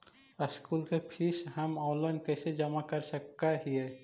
School के fees हम online कैसे जमा कर सक हिय?